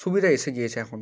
সুবিধা এসে গিয়েছে এখন